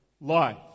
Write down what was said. life